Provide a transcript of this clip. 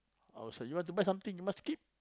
our self you want to buy something you must keep